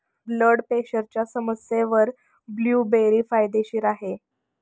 blood प्रेशरच्या समस्येवर blueberry फायदेशीर आहे